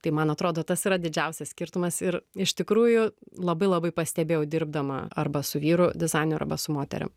tai man atrodo tas yra didžiausias skirtumas ir iš tikrųjų labai labai pastebėjau dirbdama arba su vyru dizaineriu arba su moterim